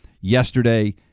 Yesterday